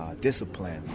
discipline